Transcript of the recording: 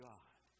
God